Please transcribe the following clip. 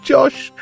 Josh